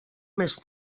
més